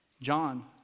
John